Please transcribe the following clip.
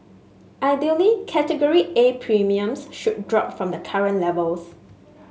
ideally Category A premiums should drop from the current levels